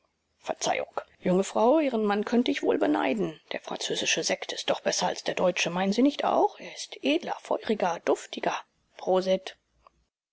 verzeihung junge frau ihren mann könnte ich wohl beneiden der französische sekt ist doch besser als der deutsche meinen sie nicht auch er ist edler feuriger duftiger prosit